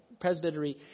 presbytery